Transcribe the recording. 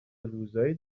روزای